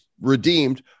redeemed